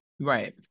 Right